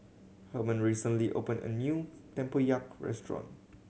Herman recently opened a new tempoyak restaurant